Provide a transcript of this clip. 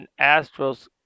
Astros